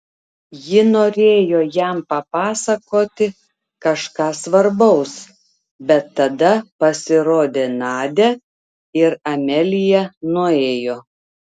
ji norėjo jam papasakoti kažką svarbaus bet tada pasirodė nadia ir amelija nuėjo